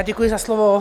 Děkuji za slovo.